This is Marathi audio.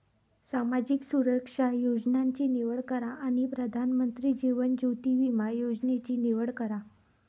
सामाजिक सुरक्षा योजनांची निवड करा आणि प्रधानमंत्री जीवन ज्योति विमा योजनेची निवड करा